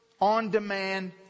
on-demand